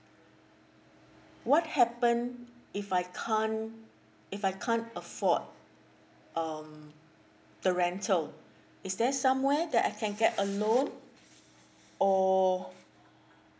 what happen if I can't if I can't afford um the rental is there somewhere that I can get a loan or